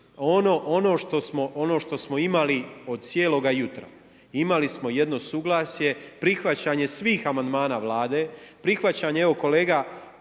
Ono što smo imali od cijeloga jutra, imali smo jedno suglasje, prihvaćanje svih amandmana Vlade, prihvaćanje, evo kolega